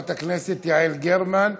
חברת הכנסת יעל גרמן,